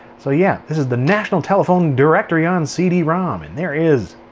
so yeah, this is the national telephone directory on cd-rom. and there is,